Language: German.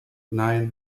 nein